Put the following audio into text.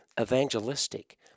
evangelistic